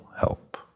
help